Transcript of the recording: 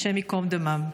השם ייקום דמם,